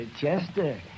Chester